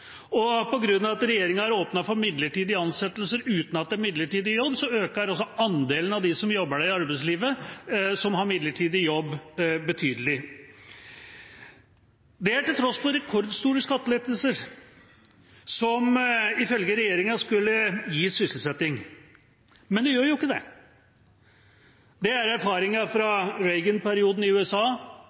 grunn av at regjeringa har åpnet for midlertidige ansettelser uten at det er midlertidig jobb, øker også andelen av dem i arbeidslivet som har midlertidig jobb, betydelig, til tross for rekordstore skattelettelser, som ifølge regjeringa skulle gi sysselsetting. Men det gjør jo ikke det. Det er erfaringen fra Reagan-perioden i USA,